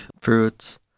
fruits